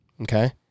Okay